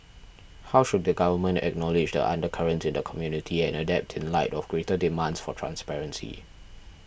how should the government acknowledge the undercurrents in the community and adapt in light of greater demands for transparency